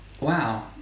wow